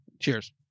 Cheers